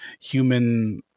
human